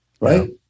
right